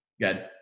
Good